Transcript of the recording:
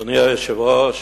אדוני היושב-ראש,